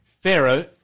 Pharaoh